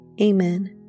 Amen